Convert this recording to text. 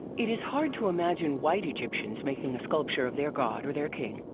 it is hard to imagine white egyptians making a sculpture of their god or their king,